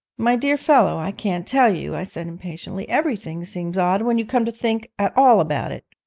my dear fellow, i can't tell you i said impatiently everything seems odd when you come to think at all about it